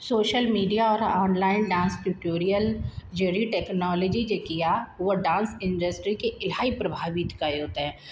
social media और online dance tutorial जहिड़ी technology जेकी आहे उहा डांस इंडस्ट्री खे इलाही प्रभावित कयो अथव